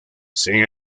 cien